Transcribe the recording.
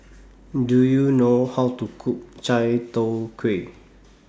Do YOU know How to Cook Chai Tow Kuay